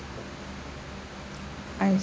I